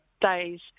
days